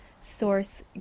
source